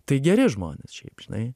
tai geri žmonės šiaip žinai